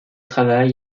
travail